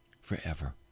forever